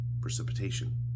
precipitation